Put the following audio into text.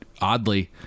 oddly